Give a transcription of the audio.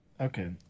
Okay